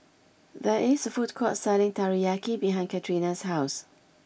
there is a food court selling Teriyaki behind Catrina's house